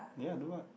yeah do what